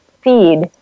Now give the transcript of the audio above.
feed